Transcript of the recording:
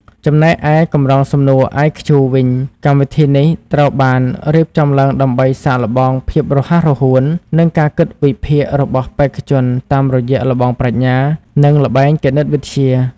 ចំណែកឯកម្រងសំណួរ IQ វិញ កម្មវិធីនេះត្រូវបានរៀបចំឡើងដើម្បីសាកល្បងភាពរហ័សរហួន និងការគិតវិភាគរបស់បេក្ខជនតាមរយៈល្បងប្រាជ្ញា និងល្បែងគណិតវិទ្យា។